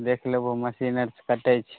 देख लेबो मसीने कटै छै